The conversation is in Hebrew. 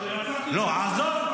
עזוב,